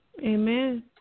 Amen